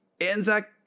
Anzac